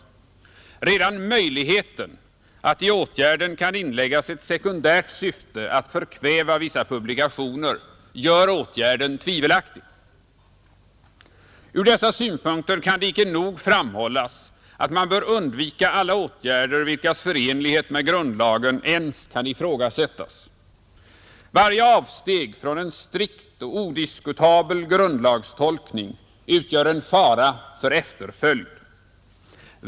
Redan möjligheten att i åtgärden kan inläggas ett sekundärt syfte att förkväva vissa publikationer gör åtgärden tvivelaktig. Ur dessa synpunkter kan det icke nog framhållas att man bör undvika alla åtgärder vilkas förenlighet med grundlagen ens kan ifrågasättas. Varje avsteg från en strikt och odiskutabel grundlagstolkning utgör en fara för efterföljd.